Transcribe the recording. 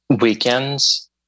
Weekends